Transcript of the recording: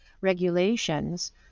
regulations